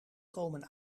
komen